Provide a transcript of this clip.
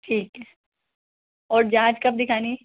ठीक है और जाँच कब दिखानी